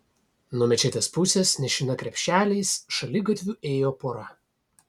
nuo mečetės pusės nešina krepšeliais šaligatviu ėjo pora